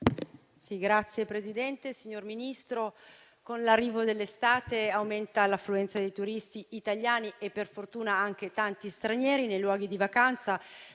*(FI-BP-PPE)*. Signor Ministro, con l'arrivo dell'estate aumenta l'affluenza dei turisti italiani e, per fortuna, anche di tanti stranieri nei luoghi di vacanza.